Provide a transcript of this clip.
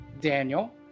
Daniel